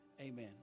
Amen